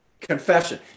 confession